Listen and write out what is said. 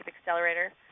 Accelerator